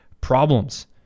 problems